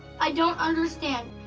i don't understand.